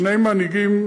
שני מנהיגים